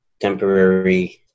temporary